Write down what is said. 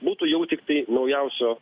būtų jau tiktai naujausio